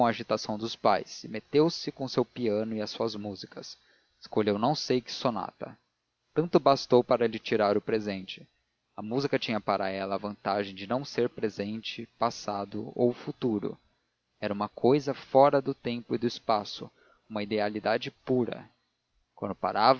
agitação dos pais e meteu-se com o seu piano e as suas músicas escolheu não sei que sonata tanto bastou para lhe tirar o presente a música tinha para ela a vantagem de não ser presente passado ou futuro era uma cousa fora do tempo e do espaço uma idealidade pura quando parava